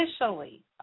officially